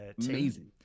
amazing